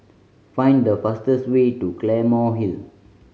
find the fastest way to Claymore Hill